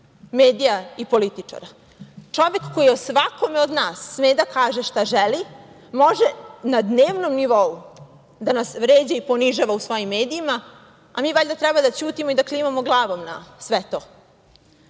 medija i političara, čovek koji svakome od nas sme da kaže šta želi, može na dnevnom nivou da nas vređa i ponižava u svojim medijima, a mi valjda treba da ćutimo i da klimamo glavom na sve